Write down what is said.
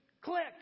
Click